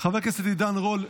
חבר הכנסת עידן רול,